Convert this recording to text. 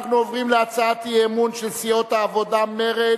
אנחנו עוברים להצעת האי-אמון של סיעות העבודה ומרצ,